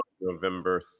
november